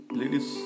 ladies